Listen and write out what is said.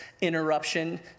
interruption